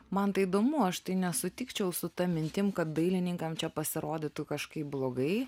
man tai įdomu aš tai nesutikčiau su ta mintim kad dailininkam čia pasirodytų kažkaip blogai